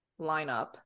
lineup